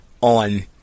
on